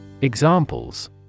Examples